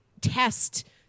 test